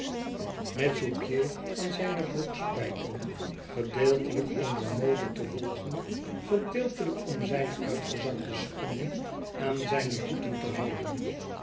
met souspiedsaan zijne broekspijpen gedeeltelijk om de mode te volgen gedeeltelijk om zijne uitgezakte schoenen aan zijne voeten te houden